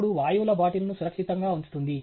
అప్పుడు వాయువుల బాటిల్ను సురక్షితంగా ఉంచుతుంది